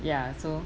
ya so